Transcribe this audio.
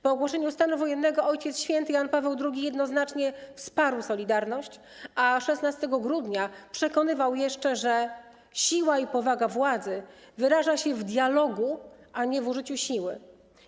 Po ogłoszeniu stanu wojennego Ojciec Święty Jan Paweł II jednoznacznie wsparł „Solidarność”, a 16 grudnia przekonywał jeszcze, że siła i powaga władzy wyraża się w dialogu, a nie w użyciu przemocy.